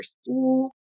school